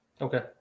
Okay